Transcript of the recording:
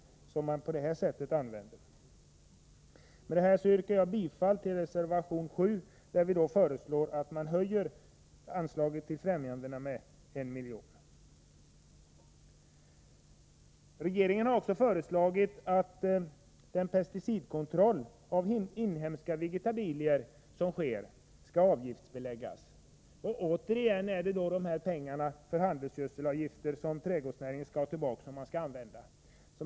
Med det här yrkar jag bifall till reservation 7, där vi föreslår att man höjer anslaget till främjande av trädgårdsnäringen med 1 milj.kr. Regeringen har vidare föreslagit att den kontroll av pesticider i inhemska vegetabilier som sker skall avgiftsbeläggas. Återigen är det pengarna från handelsgödselavgifterna som skall användas.